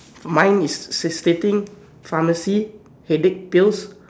mine is s~ stating pharmacy headache pills